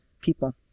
people